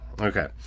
Okay